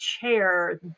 chair